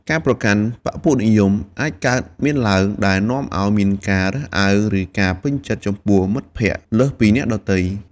ការប្រកាន់បក្សពួកនិយមអាចកើតមានឡើង ដែលនាំឱ្យមានការរើសអើង ឬការពេញចិត្តចំពោះមិត្តភក្តិលើសពីអ្នកដទៃ។